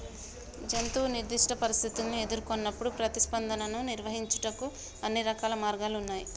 జంతువు నిర్దిష్ట పరిస్థితుల్ని ఎదురుకొన్నప్పుడు ప్రతిస్పందనను నిర్వహించుటకు అన్ని రకాల మార్గాలు ఉన్నాయి